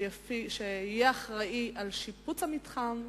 שיהיה אחראי לשיפוץ המתחם.